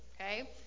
okay